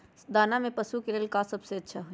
दाना में पशु के ले का सबसे अच्छा होई?